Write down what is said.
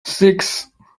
six